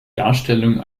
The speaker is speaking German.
darstellung